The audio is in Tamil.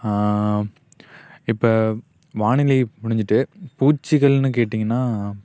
இப்போ வானிலை முடிஞ்சுட்டு பூச்சிகள்னு கேட்டீங்கன்னால்